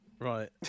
Right